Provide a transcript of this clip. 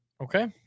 Okay